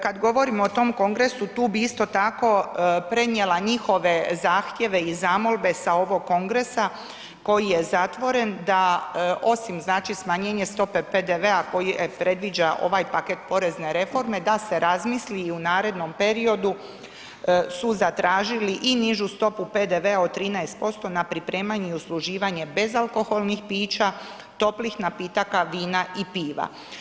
Kad govorimo o tom Kongresu tu bih isto tako prenijela njihove zahtjeve i zamolbe sa ovog Kongresa koji je zatvoren da osim znači smanjenje stope PDV-a koji predviđa ovaj paket porezne reforme da se razmisli i u narednom periodu su zatražili i nižu stopu PDV-a od 13% na pripremanje i usluživanje bezalkoholnih pića, toplih napitaka, vina i piva.